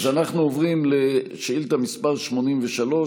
אז אנחנו עוברים לשאילתה מס' 83,